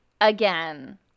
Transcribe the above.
again